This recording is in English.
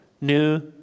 new